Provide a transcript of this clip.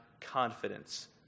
confidence